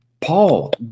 Paul